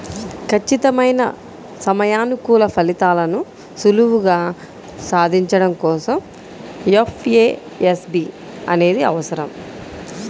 ఖచ్చితమైన సమయానుకూల ఫలితాలను సులువుగా సాధించడం కోసం ఎఫ్ఏఎస్బి అనేది అవసరం